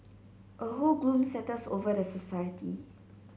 a whole gloom settles over the society